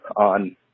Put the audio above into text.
on